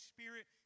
Spirit